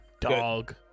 Dog